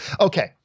Okay